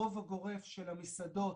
הרוב הגורף של המסעדות,